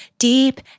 Deep